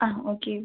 ആ ഓക്കെ